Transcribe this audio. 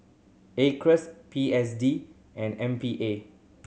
Acres P S D and M P A